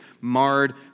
marred